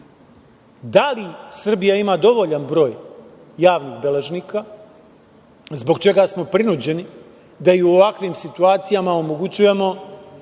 da li Srbija ima dovoljan broj javnih beležnika, zbog čega smo prinuđeni da i u ovakvim situacijama omogućujemo